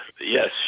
Yes